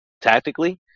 tactically